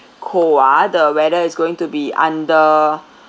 cold ah the weather is going to be under